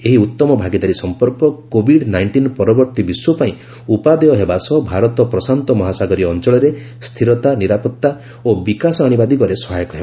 ଏ ଉତ୍ତମ ଭାଗିଦାରୀ ସମ୍ପର୍କ କୋବିଡ୍ ନାଇଷ୍ଟିନ୍ ପରବର୍ତ୍ତୀ ବିଶ୍ୱ ପାଇଁ ଉପାଦେୟ ହେବା ସହ ଭାରତ ପ୍ରଶାନ୍ତ ମହାସାଗରୀୟ ଅଞ୍ଚଳରେ ସ୍ଥିରତା ନିରାପତ୍ତା ଓ ବିକାଶ ଆଶିବା ଦିଗରେ ସହାୟକ ହେବ